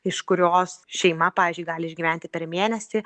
iš kurios šeima pavyzdžiui gali išgyventi per mėnesį